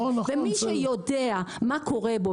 ומי שיודע מה קורה בו,